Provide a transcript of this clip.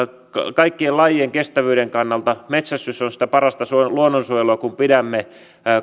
kaikkien lajien kestävyyden kannalta metsästys on sitä parasta luonnonsuojelua kun pidämme